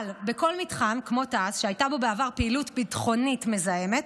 אבל בכל מתחם כמו תעש שהייתה בו בעבר פעילות ביטחונית מזהמת,